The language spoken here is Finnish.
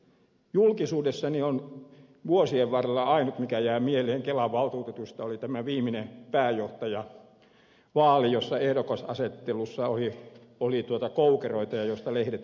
julkisuudessa vuosien varrella ainut mikä on jäänyt mieleen kelan valtuutetuista on tämä viimeinen pääjohtajavaali jossa ehdokasasettelussa oli koukeroita ja josta lehdet kirjoittivat